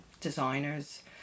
designers